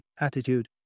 attitude